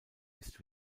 ist